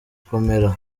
gukomera